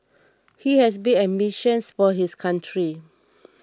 he has big ambitions for his country